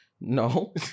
No